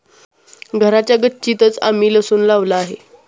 घराच्या गच्चीतंच आम्ही लसूण लावला आहे